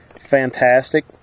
fantastic